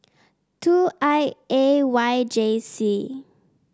two I A Y J C